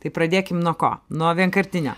tai pradėkim nuo ko nuo vienkartinio